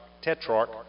tetrarch